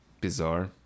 bizarre